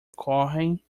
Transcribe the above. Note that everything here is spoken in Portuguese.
correm